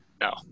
No